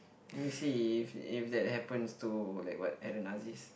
you see if if that happens to like what like the Nazis